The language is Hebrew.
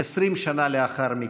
20 שנה לאחר מכן.